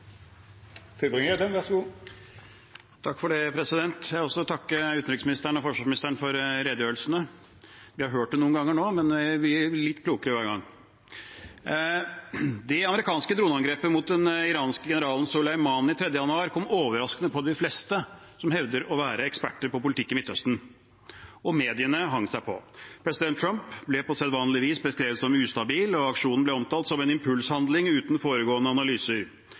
Jeg vil også takke utenriksministeren og forsvarsministeren for redegjørelsene. Vi har hørt det noen ganger nå, men vi blir litt klokere hver gang. Det amerikanske droneangrepet mot den iranske generalen Soleimani den 3. januar kom overraskende på de fleste som hevder å være eksperter på politikk i Midtøsten, og mediene hengte seg på. President Trump ble på sedvanlig vis beskrevet som ustabil, og aksjonen ble omtalt som en impulshandling uten foregående analyser.